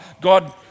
God